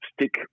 stick